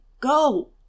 Go